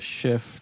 shift